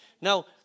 Now